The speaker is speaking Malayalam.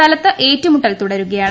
സ്ഥലത്ത് ഏറ്റുമുട്ടൽ തുടരുകയാണ്